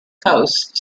coast